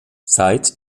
seit